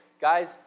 guys